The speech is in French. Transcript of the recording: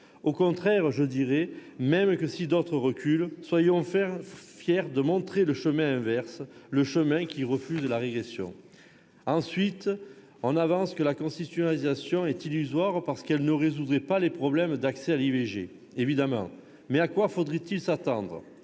Au contraire : si d'autres reculent, soyons fiers de montrer le chemin inverse, le chemin qui refuse la régression ! Par ailleurs, avance-t-on, la constitutionnalisation serait illusoire, parce qu'elle ne résoudrait pas les problèmes d'accès à l'IVG. Évidemment ! Mais à quoi faudrait-il s'attendre ?